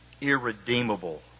irredeemable